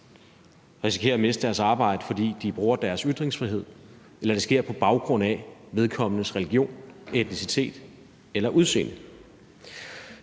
risikerer at miste deres arbejde, fordi de bruger deres ytringsfrihed, eller hvis det sker på baggrund af vedkommendes religion, etnicitet eller udseende.